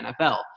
NFL